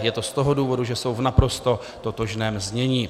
Je to z toho důvodu, že jsou v naprosto totožném znění.